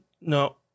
No